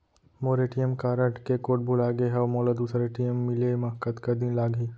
मोर ATM card के code भुला गे हव, मोला दूसर ए.टी.एम मिले म कतका दिन लागही?